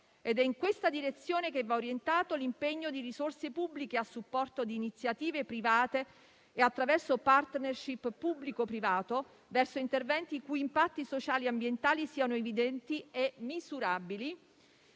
È in questa direzione che va orientato l'impegno di risorse pubbliche a supporto di iniziative private e, attraverso *partnership* pubblico-private, verso interventi i cui impatti sociali e ambientali siano evidenti e misurabili,